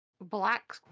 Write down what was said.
black